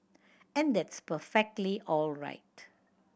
and that's perfectly all right